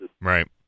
Right